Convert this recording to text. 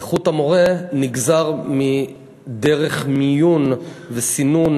איכות המורה נגזרת מדרך המיון והסינון